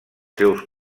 seus